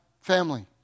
family